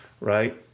right